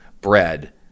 bread